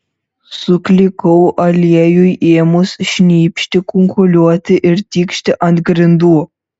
suklikau aliejui ėmus šnypšti kunkuliuoti ir tikšti ant grindų